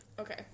okay